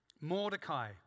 Mordecai